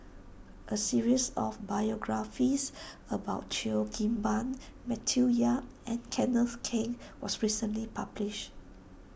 a series of biographies about Cheo Kim Ban Matthew Yap and Kenneth Keng was recently published